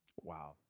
Wow